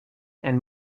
and